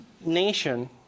nation